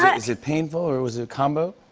ah is it painful? or was it a combo?